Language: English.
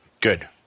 Good